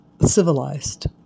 civilized